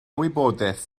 wybodaeth